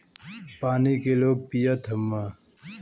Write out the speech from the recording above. पानी के लोग पियत हउवन